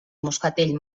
moscatell